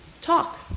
talk